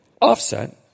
offset